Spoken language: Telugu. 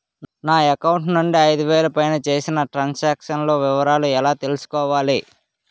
నా అకౌంట్ నుండి ఐదు వేలు పైన చేసిన త్రం సాంక్షన్ లో వివరాలు ఎలా తెలుసుకోవాలి?